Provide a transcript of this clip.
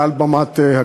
מעל במת הכנסת.